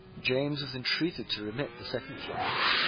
james was entreated to remit the second flogging.